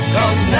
Cause